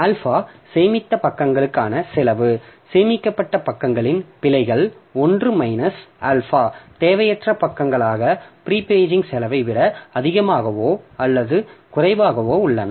alpha சேமித்த பக்கங்களுக்கான செலவு சேமிக்கப்பட்ட பக்கங்களின் பிழைகள் 1 மைனஸ் ஆல்பா தேவையற்ற பக்கங்களாக பிரீ பேஜிங் செலவை விட அதிகமாகவோ அல்லது குறைவாகவோ உள்ளன